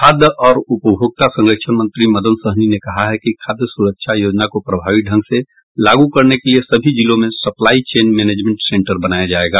खाद्य और उपभोक्ता संरक्षण मंत्री मदन सहनी ने कहा है कि खाद्य सुरक्षा योजना को प्रभावी ढंग से लागू करने के लिये सभी जिलों में सप्लाई चेन मैनेजमेंट सेंटर बनाया जायेगा